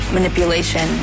Manipulation